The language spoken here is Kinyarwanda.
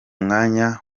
mwanya